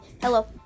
hello